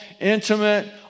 intimate